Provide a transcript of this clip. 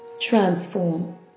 Transform